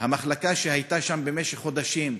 המחלקה שהייתה שם במשך חודשים,